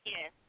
Yes